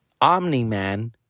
Omni-Man